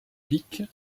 peak